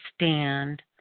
stand